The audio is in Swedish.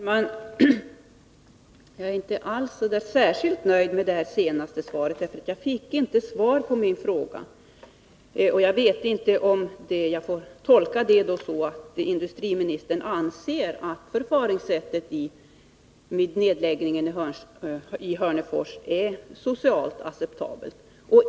Fru talman! Jag är inte alls särskilt nöjd med det senaste svaret, för det var inte svar på min fråga. Jag vet inte om jag får tolka det så att industriministern anser att förfaringssättet vid nedläggningen i Hörnefors är socialt acceptabelt.